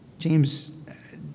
James